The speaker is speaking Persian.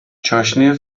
چاشنی